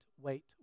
wait